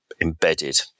embedded